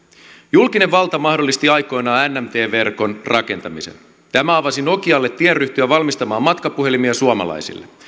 julkinen valta mahdollisti aikoinaan nmt verkon rakentamisen tämä avasi nokialle tien ryhtyä valmistamaan matkapuhelimia suomalaisille